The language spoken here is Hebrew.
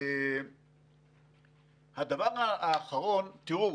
הדבר האחרון, תראו,